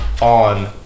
on